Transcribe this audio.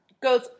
goes